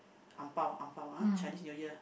ang-bao ang-bao Chinese-New-Year